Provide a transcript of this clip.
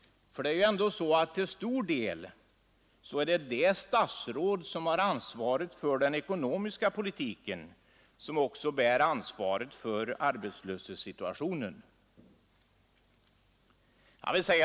För det är ju ändå så att till stor del är det det statsråd som har ansvaret för den ekonomiska politiken som också bär ansvaret för arbetslöshetssituationen.